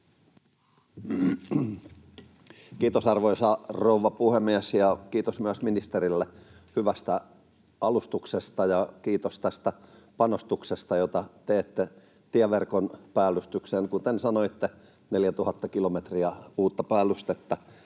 Kiitos, arvoisa rouva puhemies! Kiitos myös ministerille hyvästä alustuksesta ja kiitos tästä panostuksesta, jota teette tieverkon päällystykseen — kuten sanoitte, 4 000 kilometriä uutta päällystettä